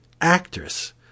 actress